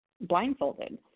blindfolded